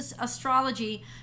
astrology